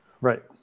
right